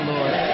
Lord